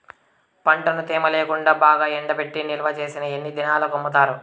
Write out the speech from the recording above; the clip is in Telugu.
పంటను తేమ లేకుండా బాగా ఎండబెట్టి నిల్వచేసిన ఎన్ని దినాలకు అమ్ముతారు?